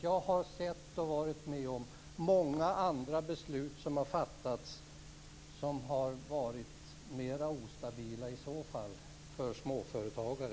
Jag har sett och varit med om många andra beslut som fattats och som i så fall har varit mer ostabila för småföretagare.